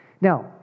Now